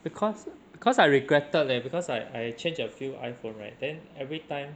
because because I regretted leh because I I change a few iPhone right then every time